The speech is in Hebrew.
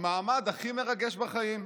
המעמד הכי מרגש בחיים.